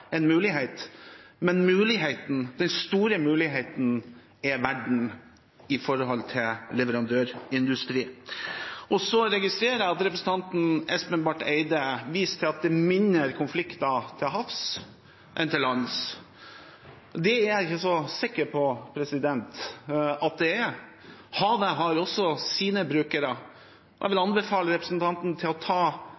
en mulighet. Men den store muligheten er verden når det gjelder leverandørindustrien. Jeg registrerer at representanten Espen Barth Eide viste til at det er mindre konflikter til havs enn til lands. Det er jeg ikke så sikker på at det er. Havet har også sine brukere. Jeg vil